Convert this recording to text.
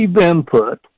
input